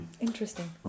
interesting